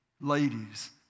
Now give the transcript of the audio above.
Ladies